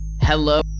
Hello